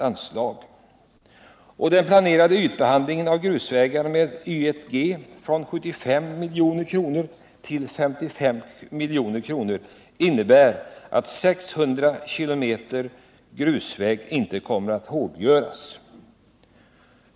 Anslaget för den planerade ytbehandlingen av grusvägar med Y1G minskas från 75 milj.kr. till 55 milj.kr., vilket innebär att 600 kilometer grusväg inte kommer att förses med beläggning.